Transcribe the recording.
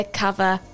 cover